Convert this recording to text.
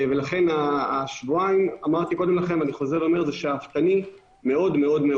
ולכן השבועיים, זה שאפתני מאוד מאוד.